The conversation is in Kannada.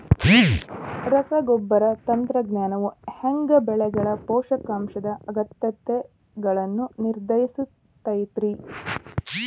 ರಸಗೊಬ್ಬರ ತಂತ್ರಜ್ಞಾನವು ಹ್ಯಾಂಗ ಬೆಳೆಗಳ ಪೋಷಕಾಂಶದ ಅಗತ್ಯಗಳನ್ನ ನಿರ್ಧರಿಸುತೈತ್ರಿ?